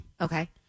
Okay